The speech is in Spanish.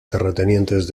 terratenientes